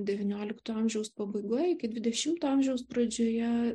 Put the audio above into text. devyniolikto amžiaus pabaigoje iki dvidešimto amžiaus pradžioje